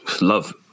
love